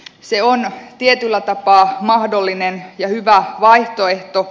se on tietyllä tapaa mahdollinen ja hyvä vaihtoehto